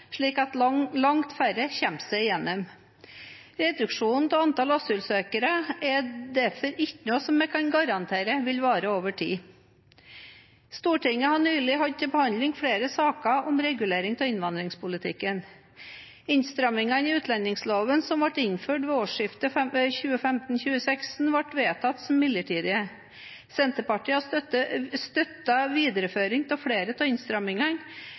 slik at langt færre kommer seg gjennom. Reduksjonen av antall asylsøkere er derfor ikke noe vi kan garantere vil vare over tid. Stortinget har nylig hatt til behandling flere saker om regulering av innvandringspolitikken. Innstrammingene i utlendingsloven som ble innført ved årsskiftet 2015–2016, ble vedtatt som midlertidige. Senterpartiet har støttet videreføring av flere av innstrammingene,